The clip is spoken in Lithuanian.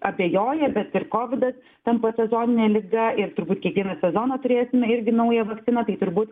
abejoja bet ir kovidas tampa sezonine liga ir turbūt kiekvieną sezoną turėsime irgi naują vakciną tai turbūt